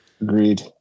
agreed